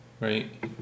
right